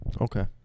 Okay